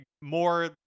More